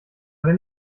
wenn